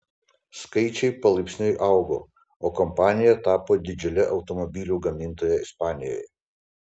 skaičiai palaipsniui augo o kompanija tapo didžiule automobilių gamintoja ispanijoje